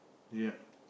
ya